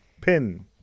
pin